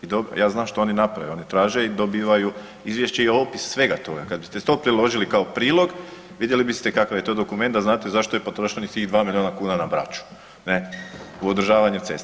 I ja znam što oni naprave, oni traže i dobivaju izvješće i opis svega toga, kad biste to priložili kao prilog vidjeli biste kakav je to dokument da znate zašto je potrošenih tih 2 milijuna kuna na Braču ne u održavanju cesta.